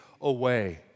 away